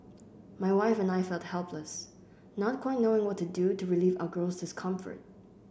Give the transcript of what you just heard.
my wife and I felt helpless not quite knowing what to do to relieve our girl's discomfort